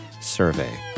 survey